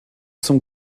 zum